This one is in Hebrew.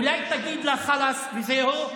אולי תגיד לה חלאס וזהו?